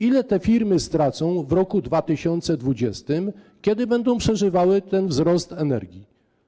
Ile te firmy stracą w roku 2020, kiedy będą przeżywały ten wzrost energii?